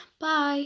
Bye